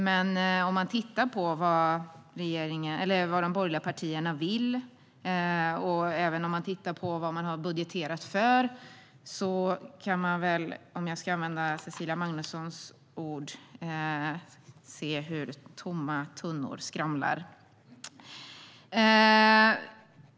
Men om man studerar lite närmare vad de borgerliga partierna vill och har budgeterat för kan man, för att använda Cecilia Magnussons ord, höra tomma tunnor skramla.